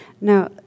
Now